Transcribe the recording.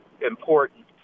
important